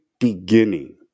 beginning